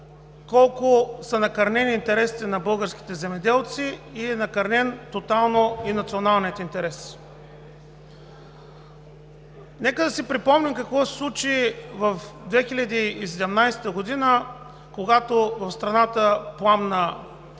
колко са накърнени интересите на българските земеделци и тотално е накърнен националният интерес. Нека да си припомним какво се случи в 2017 г., когато в страната пламна